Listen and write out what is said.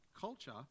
culture